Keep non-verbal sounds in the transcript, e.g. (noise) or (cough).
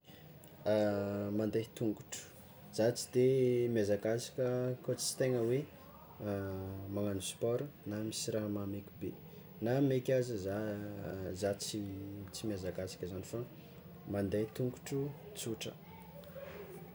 (hesitation) Mande tongotro, zah tsy de miazakazaka koa tsy tegna hoe (hesitation) magnano sport na misy raha mahamaiky be, na maika aza zah zah tsy tsy miazakazaka zany fa mande tongotro tsotra.